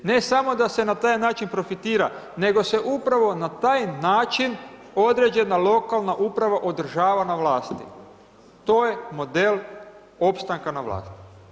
Ne samo da se na taj način profitira, nego se upravo na taj način određena lokalna uprava održava na vlasti, to je model opstanka na vlasti.